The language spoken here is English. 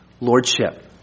lordship